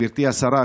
גברתי השרה,